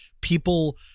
people